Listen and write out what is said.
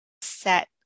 set